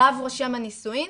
רב רושם הנישואים?